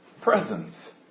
presence